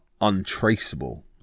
untraceable